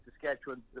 Saskatchewan